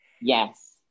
Yes